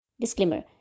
Disclaimer